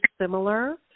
similar